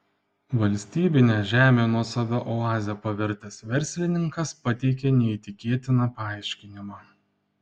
valstybinę žemę nuosava oaze pavertęs verslininkas pateikė neįtikėtiną paaiškinimą